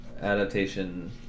adaptation